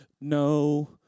no